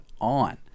on